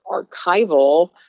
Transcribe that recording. archival